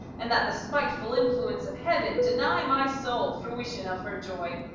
and that the spiteful influence of heaven deny my soul fruition of her joy,